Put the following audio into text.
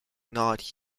not